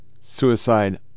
suicide